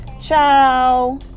Ciao